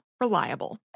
Reliable